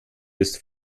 ist